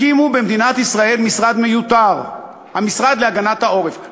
הקימו במדינת ישראל משרד מיותר: המשרד להגנת העורף.